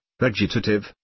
vegetative